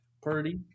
Purdy